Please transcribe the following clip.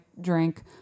drink